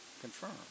confirm